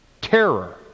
terror